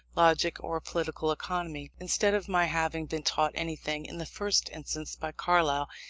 logic, or political economy. instead of my having been taught anything, in the first instance, by carlyle,